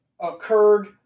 occurred